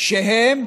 שהם